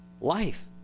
life